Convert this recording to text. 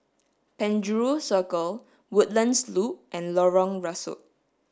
Penjuru Circle Woodlands Loop and Lorong Rusuk